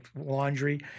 laundry